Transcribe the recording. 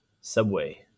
Subway